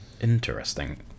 Interesting